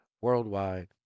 worldwide